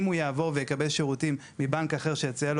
אם הוא יעבור ויקבל שירותים מבנק אחר שיציע לו